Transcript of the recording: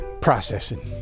processing